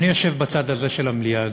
אדוני היושב-ראש, אני יושב בצד הזה של המליאה.